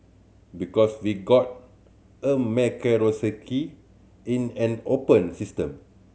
because we got a meritocracy in an open system